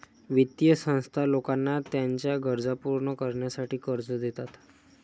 वित्तीय संस्था लोकांना त्यांच्या गरजा पूर्ण करण्यासाठी कर्ज देतात